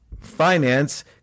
finance